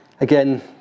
Again